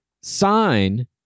sign